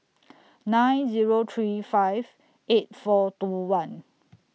nine Zero three five eight four two one